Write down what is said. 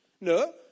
No